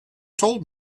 told